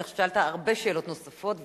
אני חושבת ששאלת הרבה שאלות נוספות,